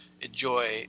enjoy